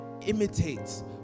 imitates